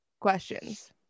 questions